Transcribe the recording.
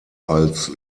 als